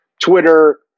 Twitter